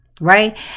right